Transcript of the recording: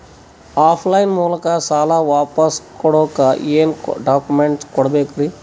Of line ಮೂಲಕ ಸಾಲ ವಾಪಸ್ ಕೊಡಕ್ ಏನು ಡಾಕ್ಯೂಮೆಂಟ್ಸ್ ಕೊಡಬೇಕು?